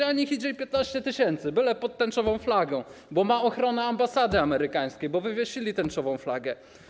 A niech idzie i 15 tys., byle pod tęczową flagą, bo mają ochronę ambasady amerykańskiej, bo wywiesili tęczową flagę.